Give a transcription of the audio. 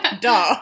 duh